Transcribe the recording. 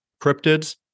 cryptids